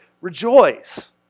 Rejoice